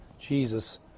Jesus